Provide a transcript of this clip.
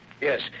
Yes